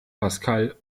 pascal